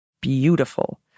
beautiful